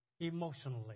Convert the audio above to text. emotionally